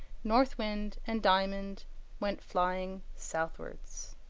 north wind and diamond went flying southwards.